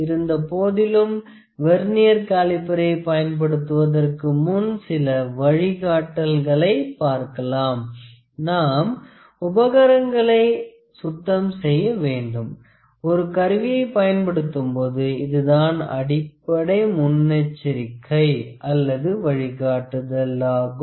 இருந்தபோதிலும் வெர்னியர் காலிப்பறை பயன்படுத்துவதற்கு முன் சில வழிகாட்டல்களை பார்க்கலாம் நாம் உபகரணங்களை சுத்தம் செய்ய வேண்டும் ஒரு கருவியை பயன்படுத்தும்போது இதுதான் அடிப்படை முன்னெச்சரிக்கை அல்லது வழிகாட்டுதல் ஆகும்